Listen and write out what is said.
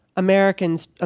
Americans